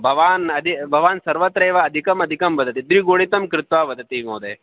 भवान् अदि भवान् सर्वत्रैव अधिकम् अधिकं वदति द्विगुणितं कृत्वा वदति महोदय